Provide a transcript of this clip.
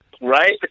right